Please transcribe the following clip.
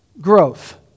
growth